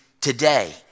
today